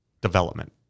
development